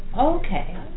Okay